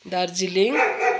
Darjeeling